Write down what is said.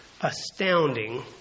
Astounding